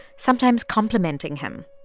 sometimes complimenting him.